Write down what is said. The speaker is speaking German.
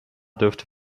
dürfte